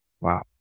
Wow